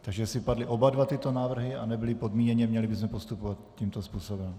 Takže jestli padly oba tyto návrhy a nebyly podmíněně, měli bychom postupovat tímto způsobem.